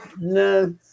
no